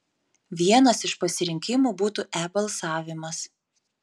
vienas iš pasirinkimų būtų e balsavimas